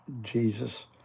Jesus